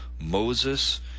Moses